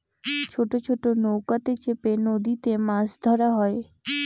ছোট ছোট নৌকাতে চেপে নদীতে মাছ ধরা হয়